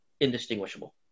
indistinguishable